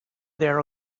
their